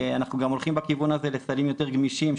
אנחנו גם הולכים בכיוון הזה לסלים יותר גמישים,